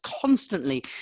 constantly